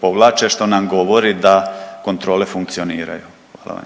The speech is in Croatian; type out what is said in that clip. povlače, što nam govori da kontrole funkcioniraju, hvala vam